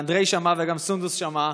ואנדרי שמע וגם סונדוס שמעה,